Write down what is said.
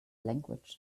language